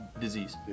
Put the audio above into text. disease